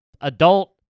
Adult